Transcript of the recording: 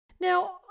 now